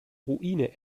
ruine